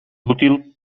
útil